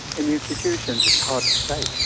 in the institutions? it's hard to say.